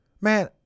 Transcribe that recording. man